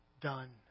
done